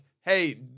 Hey